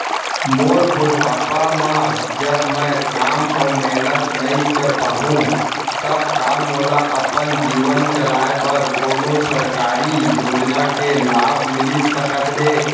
मोर बुढ़ापा मा जब मैं काम अऊ मेहनत नई कर पाहू तब का मोला अपन जीवन चलाए बर कोनो सरकारी योजना के लाभ मिलिस सकत हे?